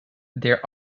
there